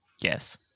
Yes